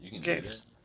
games